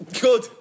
Good